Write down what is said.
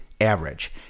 average